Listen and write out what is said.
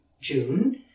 June